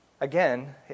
Again